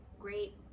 great